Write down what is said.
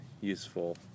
useful